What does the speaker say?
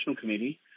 committee